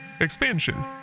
Expansion